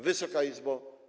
Wysoka Izbo!